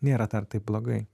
nėra dar taip blogai